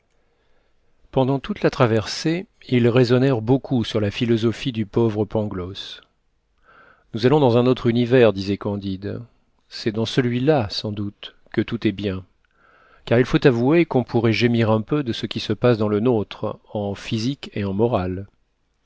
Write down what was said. pendant toute la traversée ils raisonnèrent beaucoup sur la philosophie du pauvre pangloss nous allons dans un autre univers disait candide c'est dans celui-là sans doute que tout est bien car il faut avouer qu'on pourrait gémir un peu de ce qui se passe dans le nôtre en physique et en morale